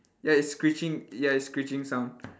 ya it's screeching ya it's screeching sound